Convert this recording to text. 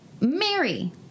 Mary